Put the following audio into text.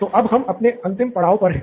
तो अब हम अपने अंतिम पड़ाव पर हैं